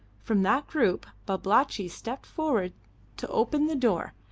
from that group babalatchi stepped forward to open the door,